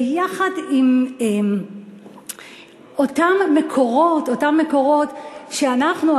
ביחד עם אותם מקורות שאנחנו,